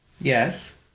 Yes